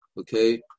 okay